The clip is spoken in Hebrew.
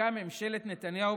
שחילקה ממשלת נתניהו,